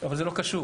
אבל זה לא קשור.